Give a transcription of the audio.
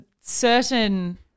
certain